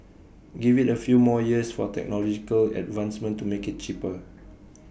give IT A few more years for technological advancement to make IT cheaper